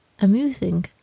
amusing